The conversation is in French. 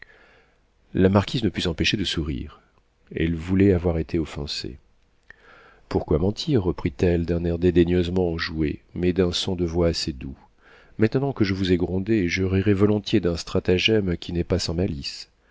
la marquise ne put s'empêcher de sourire elle voulait avoir été offensée pourquoi mentir reprit-elle d'un air dédaigneusement enjoué mais d'un son de voix assez doux maintenant que je vous ai grondé je rirai volontiers d'un stratagème qui n'est pas sans malice